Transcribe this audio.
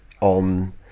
on